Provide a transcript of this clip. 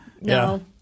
No